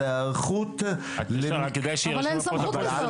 היערכות למקרה --- אבל אין סמכות כזאת.